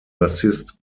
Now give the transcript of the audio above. bassist